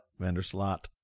Vandersloot